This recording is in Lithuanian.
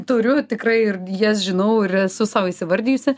turiu tikrai ir jas žinau ir esu sau įvardijusi